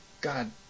god